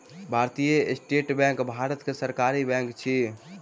भारतीय State Bank Bharat के सरकारी बैंक अछि